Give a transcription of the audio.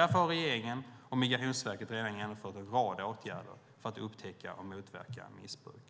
Därför har regeringen och Migrationsverket redan vidtagit en rad åtgärder för att upptäcka och motverka missbruk.